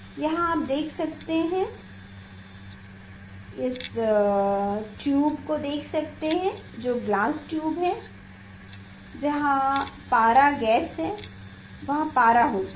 यहाँ आप देख सकते हैं आप उस ट्यूब को देख सकते हैं जो कि ग्लास ट्यूब है जहां पारा गैस है वहां पारा होता है